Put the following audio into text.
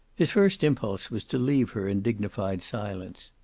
his first impulse was to leave her in dignified silence.